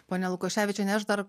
ponia lukoševičiene aš dar